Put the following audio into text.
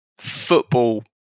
football